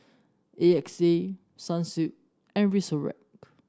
A X A Sunsilk and Frisolac